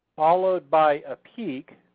followed by a peak,